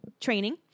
training